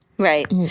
Right